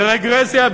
ברגרסיה,